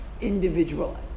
individualized